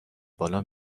بالا